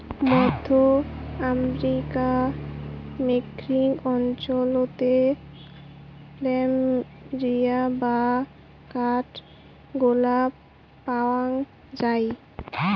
মধ্য আমেরিকার মেক্সিকো অঞ্চলাতে প্ল্যামেরিয়া বা কাঠগোলাপ পায়ং যাই